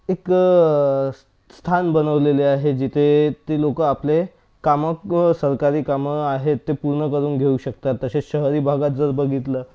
एक स्थान बनवलेले आहे जिथे ते लोकं आपले कामं सरकारी कामं आहेत ते पूर्ण करून घेऊ शकतात तसेच शहरी भागात जर बघितलं